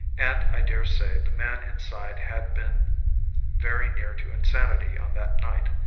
and i daresay the man inside had been very near to insanity on that night.